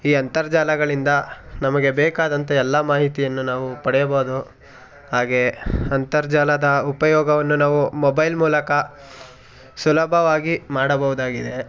ಈ ಅಂತರ್ಜಾಲಗಳಿಂದ ನಮಗೆ ಬೇಕಾದಂಥ ಎಲ್ಲ ಮಾಹಿತಿಯನ್ನು ನಾವು ಪಡೆಯಬೋದು ಹಾಗೆಯೇ ಅಂತರ್ಜಾಲದ ಉಪಯೋಗವನ್ನು ನಾವು ಮೊಬೈಲ್ ಮೂಲಕ ಸುಲಭವಾಗಿ ಮಾಡಬೋದಾಗಿದೆ